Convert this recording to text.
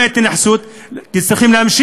למה אין התייחסות?